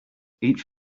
each